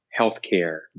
healthcare